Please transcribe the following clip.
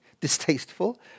distasteful